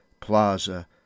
Plaza